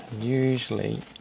usually